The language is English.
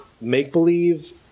Make-Believe